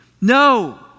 No